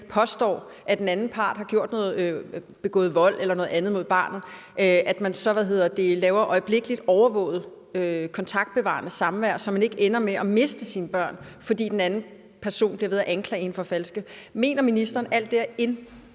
påstår, at den anden part har begået vold eller noget andet mod barnet, så laves der øjeblikkeligt overvåget kontaktbevarende samvær, så man ikke ender med at miste sine børn, fordi den anden person bliver ved at lave falske anklager mod en. Mener ministeren, at alt det er inde